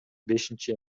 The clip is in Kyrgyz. бешинчи